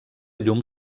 llum